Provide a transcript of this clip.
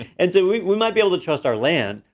and so we might be able to trust our lan,